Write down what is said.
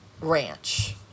ranch